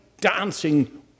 dancing